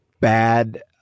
bad